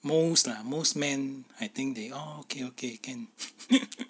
most ah most men I think they oh okay okay can